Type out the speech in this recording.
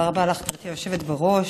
תודה רבה לך, גברתי היושבת בראש.